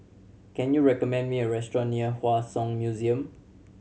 can you recommend me a restaurant near Hua Song Museum